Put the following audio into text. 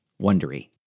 Wondery